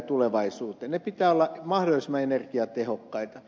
niiden pitää olla mahdollisimman energiatehokkaita